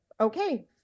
Okay